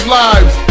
lives